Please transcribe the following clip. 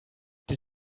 did